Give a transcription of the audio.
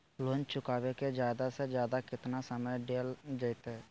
Loan चुकाबे के जादे से जादे केतना समय डेल जयते?